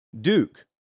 Duke